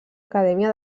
acadèmia